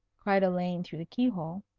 cried elaine through the key-hole.